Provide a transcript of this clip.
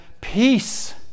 peace